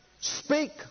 Speak